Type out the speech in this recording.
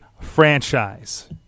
franchise